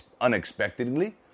unexpectedly